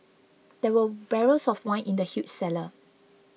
there were barrels of wine in the huge cellar